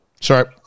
Sorry